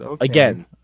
Again